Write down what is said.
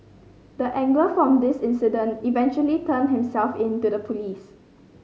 the angler from this incident eventually turned himself in to the police